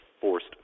forced